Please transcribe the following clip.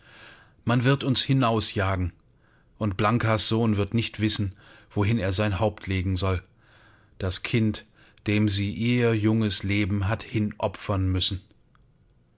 man wird uns hinausjagen und blankas sohn wird nicht wissen wohin er sein haupt legen soll das kind dem sie ihr junges leben hat hinopfern müssen